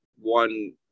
one